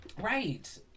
Right